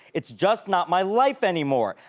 it's just not my life anymore.